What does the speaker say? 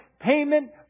payment